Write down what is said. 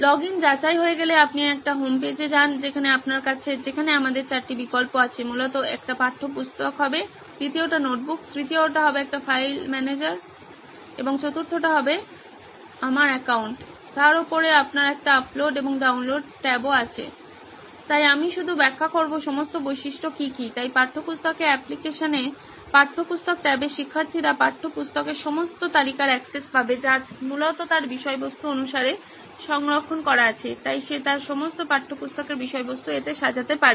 login যাচাই হয়ে গেলে আপনি একটি হোমপেজে যান যেখানে আপনার আছে যেখানে আমাদের চারটি বিকল্প আছে মূলত একটি পাঠ্যপুস্তক হবে এবং দ্বিতীয়টি হবে নোটবুক তৃতীয়টি হবে একজন ফাইল ম্যানেজার এবং চতুর্থটি হবে আমার অ্যাকাউন্ট তার উপরে আপনার একটি আপলোড এবং একটি ডাউনলোড ট্যাবও আছে তাই আমি শুধু ব্যাখ্যা করবো সমস্ত বৈশিষ্ট্য কি কি তাই পাঠ্যপুস্তকে অ্যাপ্লিকেশন পাঠ্যপুস্তক ট্যাবে শিক্ষার্থীরা পাঠ্যপুস্তকের সমস্ত তালিকার অ্যাক্সেস পাবে যা মূলত তার বিষয়বস্তু অনুসারে সংরক্ষণ করা আছে তাই সে তার সমস্ত পাঠ্যপুস্তকের বিষয়বস্তু এতে সাজাতে পারে